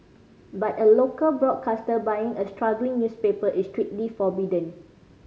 but a local broadcaster buying a struggling newspaper is strictly forbidden